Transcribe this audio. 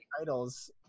titles